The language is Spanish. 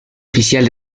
oficial